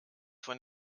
von